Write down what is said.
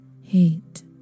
hate